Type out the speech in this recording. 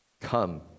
Come